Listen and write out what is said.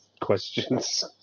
questions